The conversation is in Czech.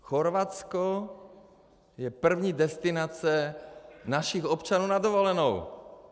Chorvatsko je první destinace našich občanů na dovolenou.